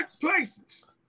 places